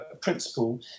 principle